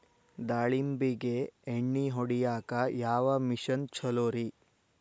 ದಾಳಿಂಬಿಗೆ ಎಣ್ಣಿ ಹೊಡಿಯಾಕ ಯಾವ ಮಿಷನ್ ಛಲೋರಿ?